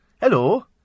Hello